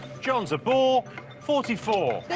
jones appalled forty four